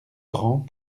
grand